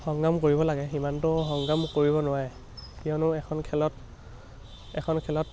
সংগ্ৰাম কৰিব লাগে সিমানটো সংগ্ৰাম কৰিব নোৱাৰে কিয়নো এখন খেলত এখন খেলত